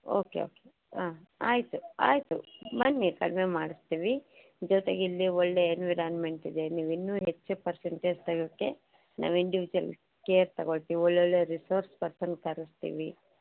okay okay ಹಾಂ ಆಯಿತು ಆಯಿತು ಬನ್ನಿ ಕಡಿಮೆ ಮಾಡಿಸ್ತೀವಿ ಜೊತೆಗಿಲ್ಲಿ ಒಳ್ಳೆಯ ಎನ್ವಿರಾನ್ಮೆಂಟ್ ಇದೆ ನೀವಿನ್ನೂ ಹೆಚ್ಚು ಪರ್ಸೆಟೆಂಜ್ ತಗೋಕೆ ನಾವು ಇಂಡಿವಿಜುವಲ್ ಕೇರ್ ತಗೊಳ್ತೀವಿ ಒಳ್ಳೆಯ ಒಳ್ಳೆಯ ರಿಸೋರ್ಸ್ ಪರ್ಸನ್ ಕರೆಸ್ತೀವಿ